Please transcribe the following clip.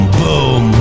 boom